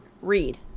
read